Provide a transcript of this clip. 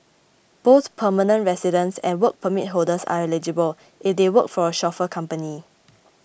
both permanent residents and Work Permit holders are eligible if they work for a chauffeur company